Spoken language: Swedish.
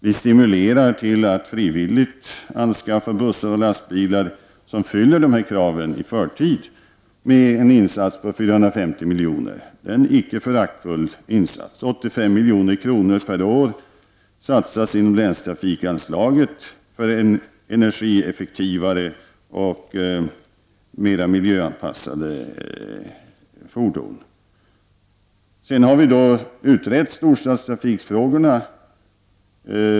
Vi stimulerar till att man frivilligt skaffar bussar och lastbilar som fyller dessa krav i förtid, med en insats på 450 miljoner. Det är en icke föraktfull insats. 85 milj.kr. per år satsas inom länstrafikanslagen för energieffektivare och mer miljöanpassade fordon. Vi har vidare utrett storstadstrafikfrågorna.